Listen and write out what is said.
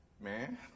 man